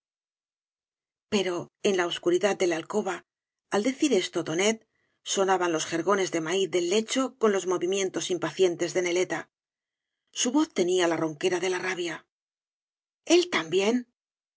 pero en la obscuridad de la alcoba al decir esto tonet sonaban los jergones de maíz del lecho con los movimientos impacientes de neleta su voz tenía la ronquera de la rabia el también